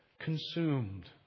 consumed